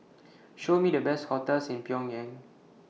Show Me The Best hotels in Pyongyang